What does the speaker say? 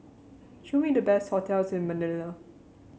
show me the best hotels in Manila